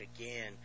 again